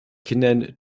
kindern